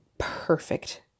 perfect